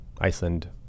Iceland